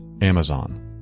Amazon